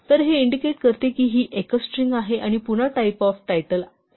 तर हे इंडिकेट करते की ही एकच स्ट्रिंग आहे आणि पुन्हा टाईप ऑफ टायटल str आहे